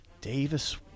Davis